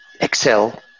Excel